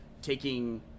Taking